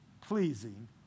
pleasing